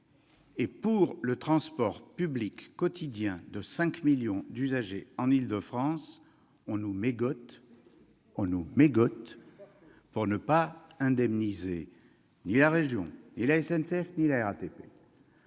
pour le transport public quotidien de 5 millions d'usagers en Île-de-France, vous mégotez, pour n'indemniser ni la région, ni la SNCF, ni la RATP.